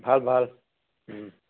ভাল ভাল